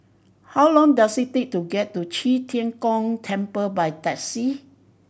how long does it take to get to Qi Tian Gong Temple by taxi